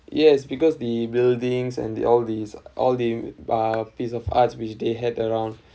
yes because the buildings and the all these all the uh piece of arts which they had around